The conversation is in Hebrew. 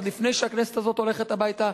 עוד לפני שהכנסת הזאת הולכת הביתה,